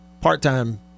part-time